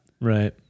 Right